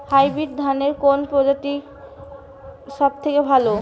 Hybrid ধানের কোন প্রজীতিটি সবথেকে ভালো?